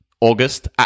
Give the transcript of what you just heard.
August